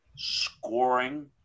scoring